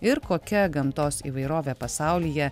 ir kokia gamtos įvairovė pasaulyje